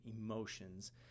emotions